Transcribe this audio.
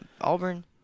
Auburn